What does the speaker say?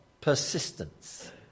persistence